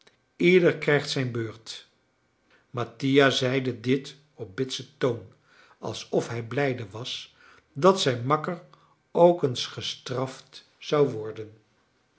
ieder krijgt zijn beurt mattia zeide dit op bitsen toon alsof hij blijde was dat zijn makker ook eens gestraft zou worden